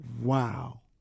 wow